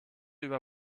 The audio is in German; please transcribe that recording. über